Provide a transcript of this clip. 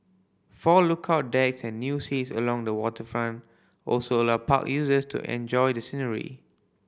four lookout decks and new seats along the waterfront also allow park users to enjoy the scenery